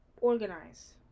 organize